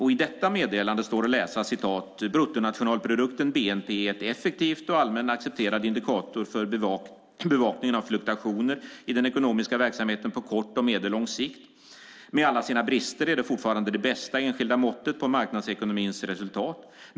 I detta meddelande står att läsa: "Bruttonationalprodukten är en effektiv och allmänt accepterad indikator för bevakningen av fluktuationer i den ekonomiska verksamheten på kort och medellång sikt. Med alla sina brister är det fortfarande det bästa enskilda måttet på marknadsekonomins resultat.